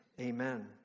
amen